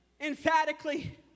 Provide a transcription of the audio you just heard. emphatically